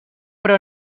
però